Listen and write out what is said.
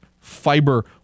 Fiber